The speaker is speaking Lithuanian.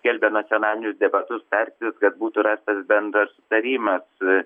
skelbia nacionalinius debatus tarsis kad būtų rastas bendras sutarimas